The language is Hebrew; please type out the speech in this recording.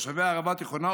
תושבי הערבה התיכונה,